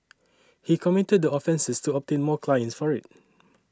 he committed the offences to obtain more clients for it